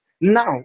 now